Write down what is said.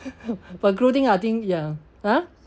but clothing I think ya !huh!